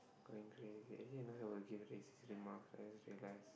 going crazy actually not suppose to give racist remarks I just realise